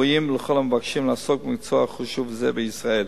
ראויים, לכל המבקשים לעסוק במקצוע חשוב זה בישראל.